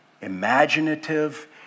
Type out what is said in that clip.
imaginative